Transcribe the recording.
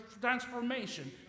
Transformation